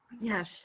Yes